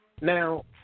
Now